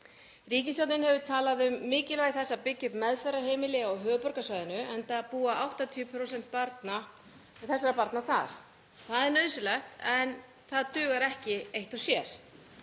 Ríkisstjórnin hefur talað um mikilvægi þess að byggja upp meðferðarheimili á höfuðborgarsvæðinu enda búa 80% þessara barna þar. Það er nauðsynlegt en það dugar ekki eitt og sér.